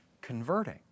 converting